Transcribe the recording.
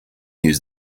used